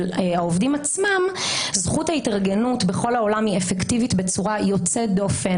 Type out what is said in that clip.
העובדים עצמם זכות ההתארגנות בכל העולם היא אפקטיבית בצורה יוצאת דופן.